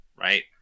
Right